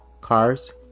cars